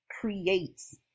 creates